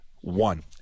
one